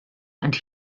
and